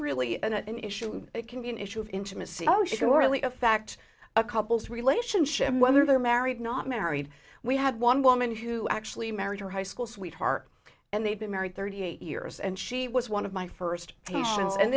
really an issue that can be an issue of intimacy so surely a fact a couple's relationship whether they're married not married we had one woman who actually married her high school sweetheart and they've been married thirty eight years and she was one of my first